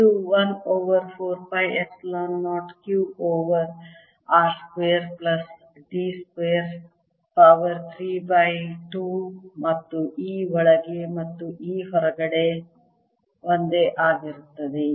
ಇದು 1 over 4 pi epsilon 0 q over r square plus d square power 3 by 2 ಮತ್ತು E ಒಳಗೆ ಮತ್ತು E ಹೊರಗಡೆ ಒಂದೇ ಆಗಿರುತ್ತದೆ